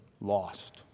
lost